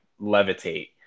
levitate